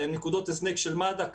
נקודות הזנק של מד"א,